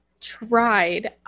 tried